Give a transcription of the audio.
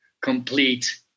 complete